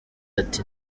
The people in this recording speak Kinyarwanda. ati